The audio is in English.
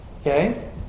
Okay